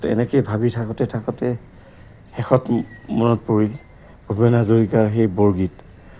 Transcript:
ত এনেকে ভাবি থাকোঁতে থাকোঁতে শেষত মনত পৰিল ভূপেন হাজৰিকাৰ সেই বৰগীত